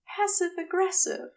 passive-aggressive